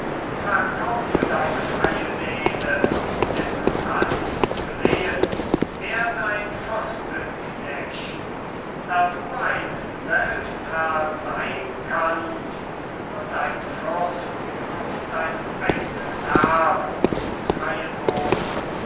verkaufe deine freie seele nimm land zu lehen werd ein fürstenknecht da du ein selbstherr sein kannst und ein fürst auf deinem eignen erb und freien boden